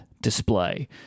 display